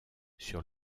sur